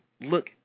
look